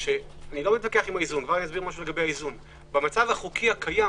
- אני לא מתווכח עם האיזון - שבמצב החוקי הקיים,